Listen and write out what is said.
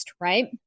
right